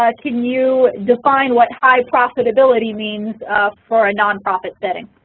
ah can you define what high profitability means for a nonprofit setting?